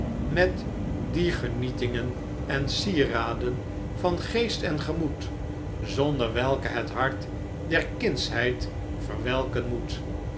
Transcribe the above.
met die genietingen en sieraden van geest en gemoed zonder welke het hart der kindsheid verwelken moet